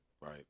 Right